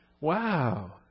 Wow